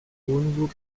renouveau